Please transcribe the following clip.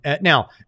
Now